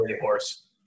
Horse